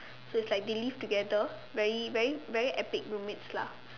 so it's like they live together very very very epic roommates lah